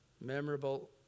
Memorable